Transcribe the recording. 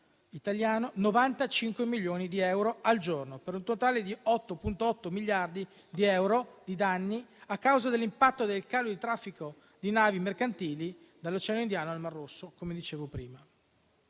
italiano 95 milioni di euro al giorno, per un totale di 8,8 miliardi di euro di danni, a causa dell'impatto del calo di traffico di navi mercantili dall'Oceano Indiano al Mar Rosso, come dicevo prima.